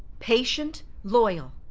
patient, loyal.